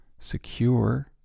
secure